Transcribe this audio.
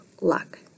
luck